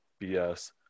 BS